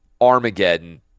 Armageddon